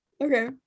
okay